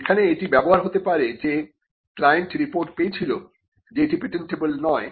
সেখানে এটি ব্যবহার হতে পারে যে ক্লায়েন্ট রিপোর্ট পেয়েছিল যে এটি পেটেন্টেবল নয়